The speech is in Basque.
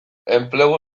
enplegu